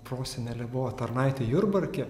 prosenelė buvo tarnaitė jurbarke